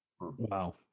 Wow